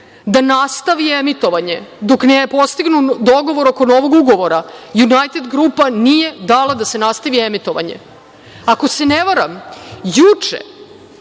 da nastavi emitovanje dok ne postignu dogovor oko novog ugovara. „Junajted grupa“ nije dala da se nastavi emitovanje. Ako se ne varam, juče